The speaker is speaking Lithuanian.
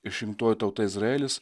išrinktoji tauta izraelis